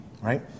right